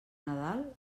nadal